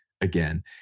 again